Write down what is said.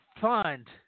fund